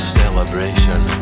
celebration